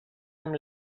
amb